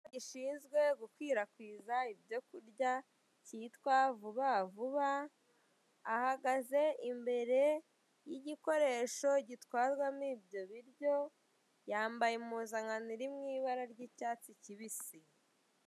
Ikigo gishinzwe gukwirakwiza ibyo kurya kitwa vuba vuba ahagaze imbere y'igikoresho gitwarwamo ibyo biryo yambaye impuzankano iri mu ibara ry'icyatsi kibisi.